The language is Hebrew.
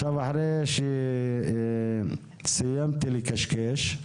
אחרי שסיימתי לקשקש,